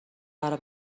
برا